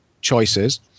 choices